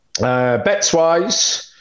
Bets-wise